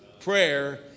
prayer